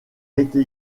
été